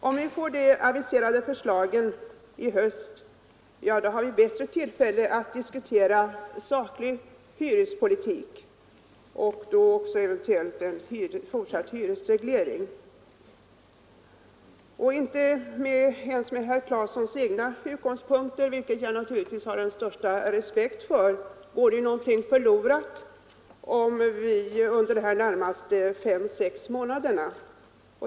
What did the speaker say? Om vi får de aviserade förslagen i höst har vi bättre möjlighet att diskutera saklig hyrespolitik och då också eventuellt en fortsatt hyresreglering. Inte ens med herr Claesons egna utgångspunkter, vilka jag naturligtvis har den största respekt för, går någonting förlorat under de närmaste fem sex månaderna.